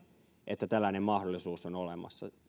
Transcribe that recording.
että tällainen mahdollisuus on olemassa